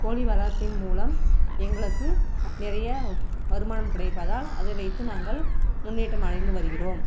கோழி வளர்ப்பின் மூலம் எங்களுக்கு நிறைய வருமானம் கிடைப்பதால் அதை வைத்து நாங்கள் முன்னேற்றம் அடைந்து வருகிறோம்